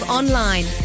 online